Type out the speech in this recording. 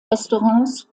restaurants